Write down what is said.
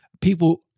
people